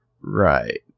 right